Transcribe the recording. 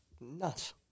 nuts